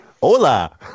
Hola